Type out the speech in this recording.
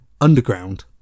underground